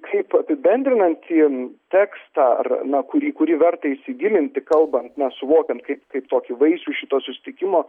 kaip apibendrinantiem tekstą ar na kurį kurį verta įsigilinti kalbant nesuvokiant kaip kaip tokį vaisių šito susitikimo